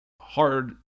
hard